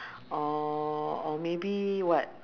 or or maybe what